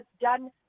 done